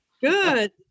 Good